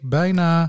bijna